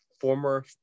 former